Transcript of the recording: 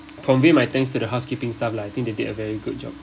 probably my thanks to the housekeeping staff lah I think they did a very good job